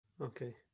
okay